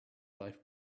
life